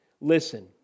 Listen